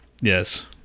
Yes